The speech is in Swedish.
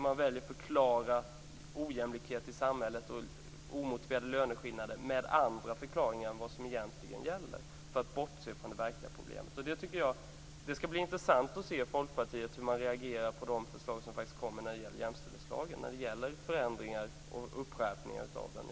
Man väljer att förklara ojämlikhet i samhället och omotiverade löneskillnader med andra faktorer än vad som egentligen gäller för att bortse från det verkliga problemet. Det skall bli intressant att se hur Folkpartiet reagerar på de förslag som kommer när det gäller jämställdhetslagen, med förändringar och skärpningar av den.